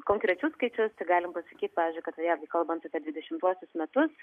konkrečius skaičius tam galim pasakyti pavyzdžiui kad jeigu kalbant apie dvidešimtuosius metus